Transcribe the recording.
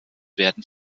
werden